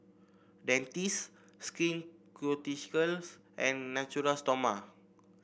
Dentiste Skin Ceuticals and Natura Stoma